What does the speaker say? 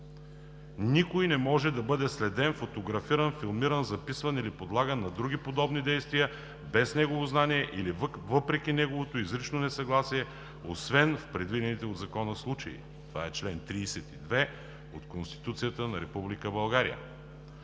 Никой не може да бъде следен, фотографиран, филмиран, записван или подлаган на други подобни действия без негово знание или въпреки неговото изрично несъгласие освен в предвидените от закона случаи.“ Това е чл. 32 от Конституцията на